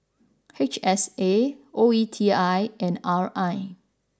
H S A O E T I and R I